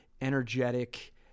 energetic